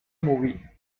movie